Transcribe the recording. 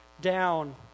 down